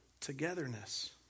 Togetherness